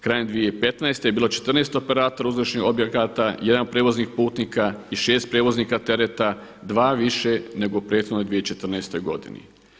Krajem 2015. je bilo 14 operatora uslužnih objekata, 1 prijevoznih putnika i 6 prijevoznika tereta, dva više nego u prethodnoj 2014. godini.